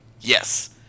Yes